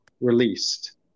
released